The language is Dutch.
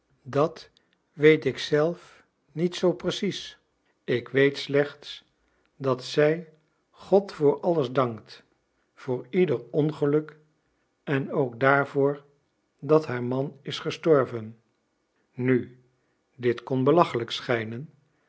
dat weet ik zelf niet zoo precies ik weet slechts dat zij god voor alles dankt voor ieder ongeluk en ook daarvoor dat haar man is gestorven nu dit kon belachelijk schijnen